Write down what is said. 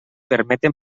permeten